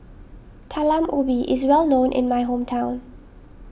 Talam Ubi is well known in my hometown